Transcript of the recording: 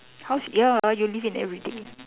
house ya you live in everyday